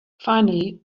finally